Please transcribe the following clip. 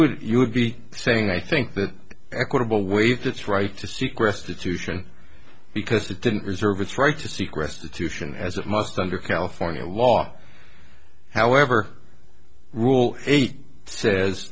would you would be saying i think that equitable way that's right to seek restitution because that didn't reserve it's right to seek restitution as it must under california law however rule eight says